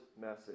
message